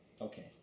Okay